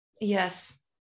Yes